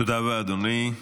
תודה רבה, אדוני.